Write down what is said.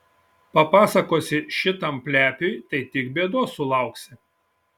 papasakosi šitam plepiui tai tik bėdos sulauksi